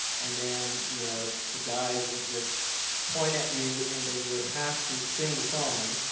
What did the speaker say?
and then you know the guys would just point at you, and then you would have to sing the song,